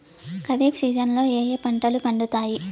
ఖరీఫ్ సీజన్లలో ఏ ఏ పంటలు పండుతాయి